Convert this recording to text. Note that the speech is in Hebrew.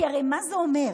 כי הרי מה זה אומר?